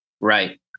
Right